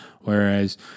Whereas